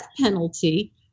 penalty